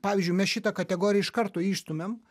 pavyzdžiui mes šitą kategoriją iš karto išstumiam